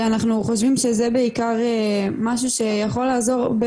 כי אנחנו חושבים שזה בעיקר משהו שיכול לעזור,